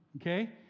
okay